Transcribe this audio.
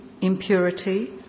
impurity